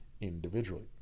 individually